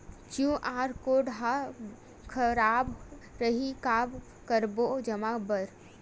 QR code हा खराब रही का करबो जमा बर?